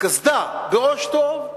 קסדה בראש טוב,